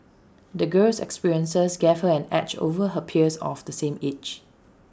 the girl's experiences gave her an edge over her peers of the same age